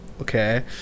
Okay